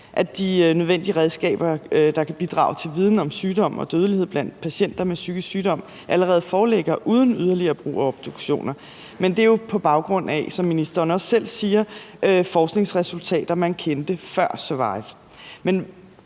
at de nødvendige redskaber, der kan bidrage til viden om sygdom og dødelighed blandt patienter med psykisk sygdom, allerede foreligger uden yderligere brug af obduktioner, men det er jo på baggrund af, som ministeren selv siger, forskningsresultater, man kendte før SURVIVE.